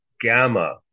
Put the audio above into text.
gamma